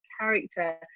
character